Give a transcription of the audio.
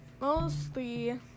mostly